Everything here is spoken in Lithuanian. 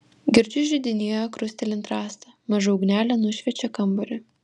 girdžiu židinyje krustelint rastą maža ugnelė nušviečia kambarį